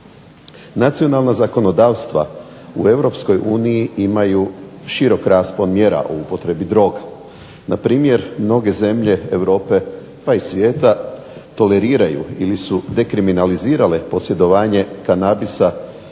Nacionalna zakonodavstva u Europskoj uniji imaju širok raspon mjera u upotrebi droga. Na primjer mnoge zemlje Europe pa i svijeta toleriraju ili su dekriminalizirale posjedovanje kanabisa